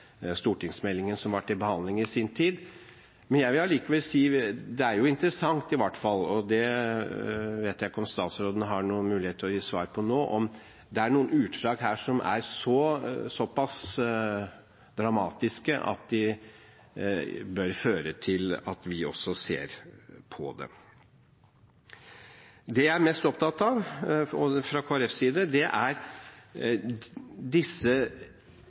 stortingsmeldingen som i sin tid var til behandling. Jeg vil allikevel si at det i hvert fall er interessant – det vet jeg ikke om statsråden har noen mulighet til å gi svar på nå – om det er noen utslag som er såpass dramatiske at de bør føre til at vi også ser på dem. Det jeg og Kristelig Folkeparti fra vår side er mest opptatt av, er disse enkelttilfellene som vi og